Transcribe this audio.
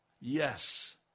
yes